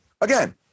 again